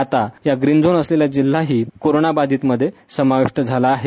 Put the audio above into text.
आता या green zone असलेल्या जिल्हा ही कोरोंना बाधितमध्ये समाविष्ट झाला आहे